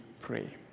pray